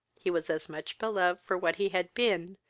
he was as much beloved for what he had been,